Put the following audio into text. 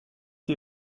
des